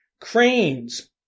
Cranes